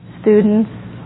students